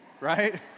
right